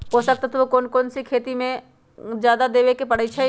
पोषक तत्व क कौन कौन खेती म जादा देवे क परईछी?